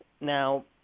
Now